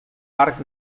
parc